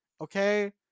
Okay